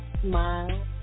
smile